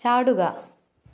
ചാടുക